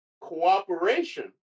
cooperation